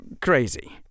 crazy